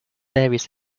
various